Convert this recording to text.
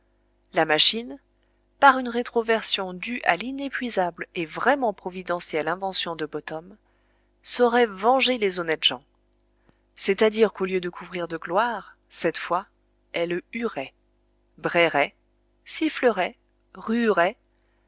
la machine par une rétroversion due à l'inépuisable et vraiment providentielle inventive de bottom saurait venger les honnêtes gens c'est-à-dire qu'au lieu de couvrir de gloire cette fois elle huerait brairait sifflerait ruerait